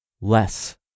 less